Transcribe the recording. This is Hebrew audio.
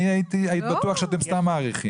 אני הייתי בטוח שאתם סתם מעריכים.